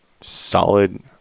solid